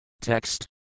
Text